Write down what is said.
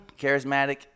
charismatic